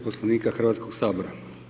Poslovnika Hrvatskog sabora.